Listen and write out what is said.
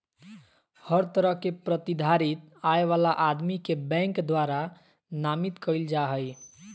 हर तरह के प्रतिधारित आय वाला आदमी के बैंक द्वारा नामित कईल जा हइ